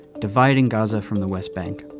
dividing gaza from the west bank.